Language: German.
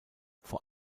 vor